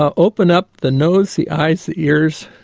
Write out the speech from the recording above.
ah open up the nose, the eyes, the ears,